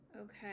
Okay